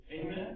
amen